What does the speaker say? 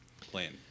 plan